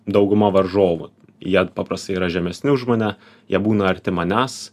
dauguma varžovų jie paprastai yra žemesni už mane jie būna arti manęs